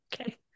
okay